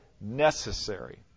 necessary